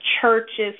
churches